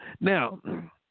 Now